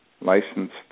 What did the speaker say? licensed